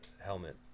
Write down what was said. helmet